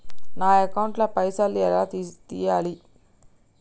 నా అకౌంట్ ల పైసల్ ఎలా తీయాలి?